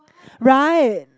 right